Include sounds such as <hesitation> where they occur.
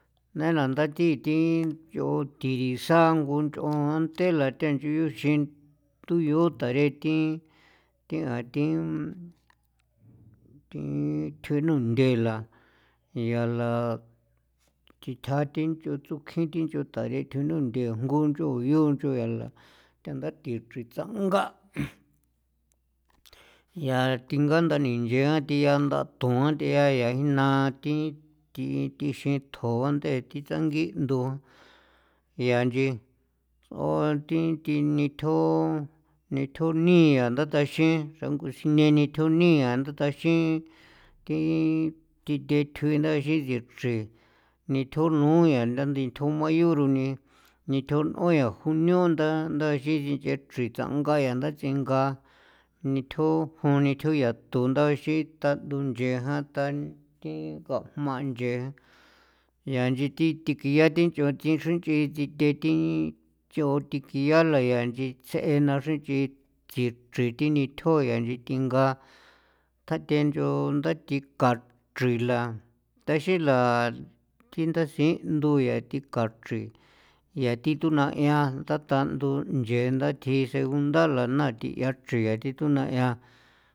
Nai na nda thii thi nch'on thi risao ngunch'on antela thenchiin ixin anto yuu tare thii thia thi thi thjuin nunthela yaala thi tja thi nch'on tsukjin thi nch'on tarethjo nunthe jngu yu nch'on yaala tha thii chrin tsanga' <noise> yaa thinga nda ninche yaa thia nda toan thia yaa jina thi thi thi xitjoan ndee thi tsangi' ndo yaa inchi thi thi nitjo nitjo nii yaa nda taxin xra ngusi neni nitjo niia nda taxin thi thi the thjuin ndaxin tsii chrin nitjo nu yaa ndandi tj <hesitation> a yu runi nitjo junio junio nda ndaxin sinch'ee chrin tsanga yaa nda tsinga nitjo ju nitjo yaa to ndauxin ta ndunchee jan ta thi ngojma' nche yaa inchi thi thikian thi nch'o tsii xren nch'i ta thi the nch'on thikiala yaa inchi ts'ena xre nch'i tsii rithi nithjo yao xri thinga ndathe nch'on nda thikachrila taxila thi nda si'ndu yaa thi kachri ya thi thu'na 'ian ndata'ndu nche nda tji see gundalana thi'ia chrin ya thi tuna 'ian.